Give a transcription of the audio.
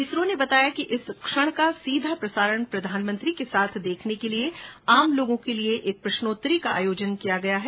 इसरो ने बताया कि इस क्षण का सीधा प्रसारण प्रधानमंत्री के साथ देखने के लिए आम लोगों के लिए एक क्विज का आयोजन किया गया है